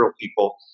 people